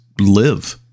live